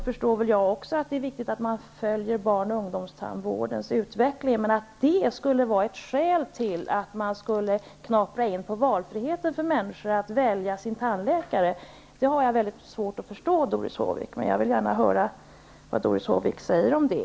Också jag förstår att det är viktigt att man följer barn och ungdomstandvårdens utveckling, men att det skulle vara ett skäl till att man skulle knapra in på människors frihet att välja sin tandläkare har jag svårt att förstå, Doris Håvik. Men jag vill gärna höra vad Doris Håvik säger om det.